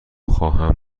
خواهم